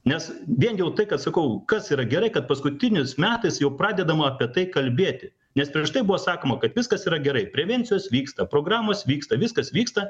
nes vien jau tai kad sakau kas yra gerai kad paskutinis metais jau pradedama apie tai kalbėti nes prieš tai buvo sakoma kad viskas yra gerai prevencijos vyksta programos vyksta viskas vyksta